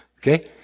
okay